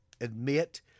admit